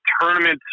tournament